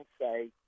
say